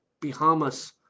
Bahamas